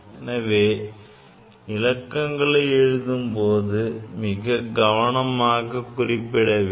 எனவே இலக்கங்களை எழுதும்போது மிக கவனம் கவனமாக குறிப்பிட வேண்டும்